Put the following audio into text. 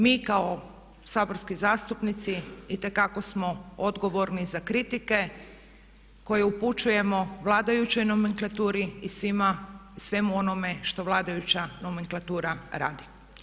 Mi kao saborski zastupnici itekako smo odgovorni za kritike koje upućujemo vladajućoj nomenklaturi i svima i svemu onome što vladajuća nomenklatura radi.